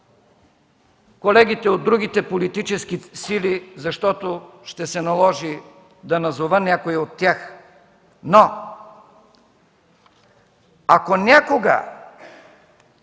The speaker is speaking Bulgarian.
колегите от другите политически сили, защото ще се наложи да назова някои от тях, но ако някога